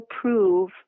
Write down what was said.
prove